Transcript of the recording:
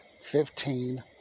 fifteen